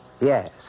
Yes